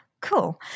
cool